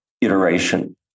iteration